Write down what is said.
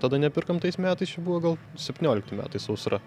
tada nepirkom tais metais čia buvo gal septyniolikti metai sausra